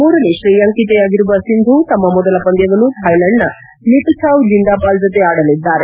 ಮೂರನೇ ಶ್ರೇಯಾಂಕಿತೆಯಾಗಿರುವ ಸಿಂಧೂ ತಮ್ಮ ಮೊದಲ ಪಂದ್ಯವನ್ನು ಥಾಯ್ಲೆಂಡ್ನ ನಿತ್ಚಾವ್ ಜಿಂದಾಪಾಲ್ ಜತೆ ಆಡಲಿದ್ದಾರೆ